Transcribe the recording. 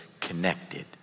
connected